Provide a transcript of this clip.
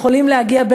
יכולים להגיע,